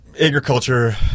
agriculture